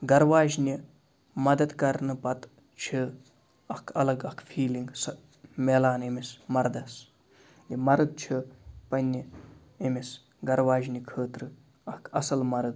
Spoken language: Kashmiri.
گَھرٕ واجنہِ مَدد کَرنہٕ پَتہٕ چھِ اَکھ الگ اَکھ فیٖلِنٛگ سۄ میلان أمِس مَردَس یہِ مَرٕد چھُ پننہِ أمِس گَھرٕ واجنہِ خٲطرٕ اَکھ اصٕل مَرٕد